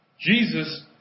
Jesus